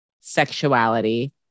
sexuality